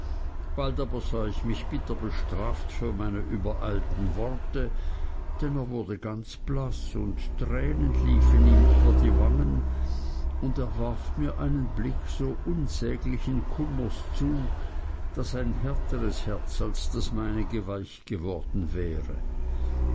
bald aber sah ich mich bitter bestraft für meine übereilten worte denn er wurde ganz blaß und tränen liefen ihm über die wangen und er warf mir einen blick so unsäglichen kummers zu daß ein härteres herz als das meinige weich geworden wäre